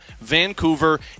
Vancouver